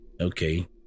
Okay